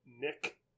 Nick